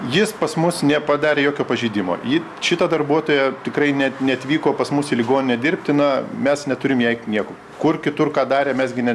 jis pas mus nepadarė jokio pažeidimo ji šito darbuotojo tikrai net neatvyko pas mus į ligoninę dirbti na mes neturim jai nieko kur kitur ką darė mes gi ne